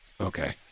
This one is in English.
Okay